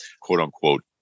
quote-unquote